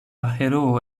heroo